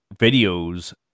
videos